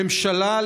הממשלה,